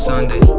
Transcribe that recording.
Sunday